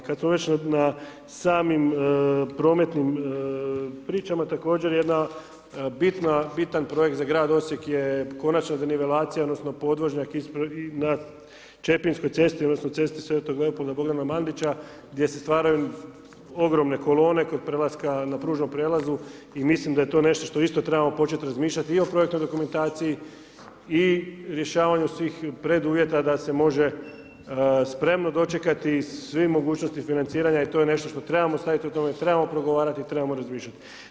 Kada smo već na samim prometnim pričama, također, jedna bitna, bitan projekt za grad Osijek je konačno denivelacija odnosno podvožnjak nad Čepinskoj cesti odnosno Cesti Sv. Leopolda Bogdana Mandića, gdje se stvaraju ogromne kolone koje … [[Govornik se ne razumije]] na pružnom prijelazu i mislim da je to nešto isto trebamo početi razmišljati i o projektnoj dokumentaciji i rješavanju svih preduvjeta da se može spremno dočekati, svi mogućnosti financiranja i to je nešto što trebamo… [[Govornik se ne razumije]] trebamo progovarati i trebamo razmišljati.